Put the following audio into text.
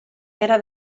era